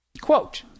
Quote